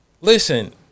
listen